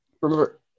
Remember